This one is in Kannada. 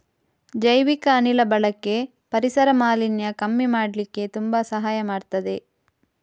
ಜೈವಿಕ ಅನಿಲ ಬಳಕೆ ಪರಿಸರ ಮಾಲಿನ್ಯ ಕಮ್ಮಿ ಮಾಡ್ಲಿಕ್ಕೆ ತುಂಬಾ ಸಹಾಯ ಮಾಡ್ತದೆ